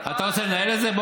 אתה רוצה לנהל את זה?